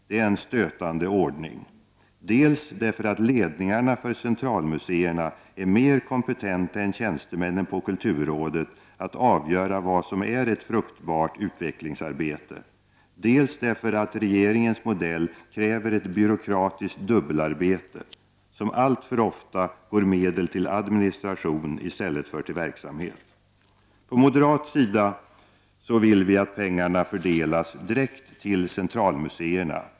Det är en stötande ordning, dels därför att ledningarna för centralmuseerna är mer kompetenta än tjänstemännen på kulturrådet att avgöra vad som är ett fruktbart utvecklingsarbete, dels därför att regeringens modell kräver ett byråkratiskt dubbelarbete. Som alltför ofta går medel till administration i stället för till verksamhet. Från moderat sida vill vi att pengarna fördelas direkt till centralmuseerna.